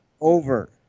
Over